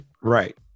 Right